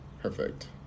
Perfect